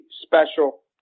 special